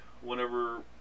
Whenever